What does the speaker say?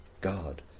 God